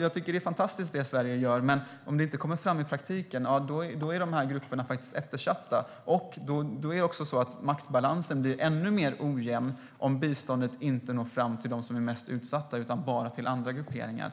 Jag tycker att det Sverige gör är fantastiskt, men om det inte kommer fram i praktiken är de här grupperna eftersatta. Det är också så att maktbalansen blir ännu mer ojämn om biståndet inte når fram till dem som är mest utsatta utan bara till andra grupperingar.